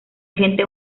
gente